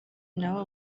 nabo